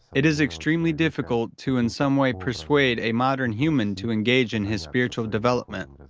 it is extremely difficult to in some way persuade a modern human to engage in his spiritual development